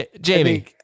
Jamie